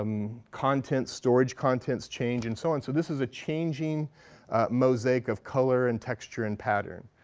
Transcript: um content, storage contents change, and so on. so this is a changing mosaic of color and texture and pattern,